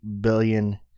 billion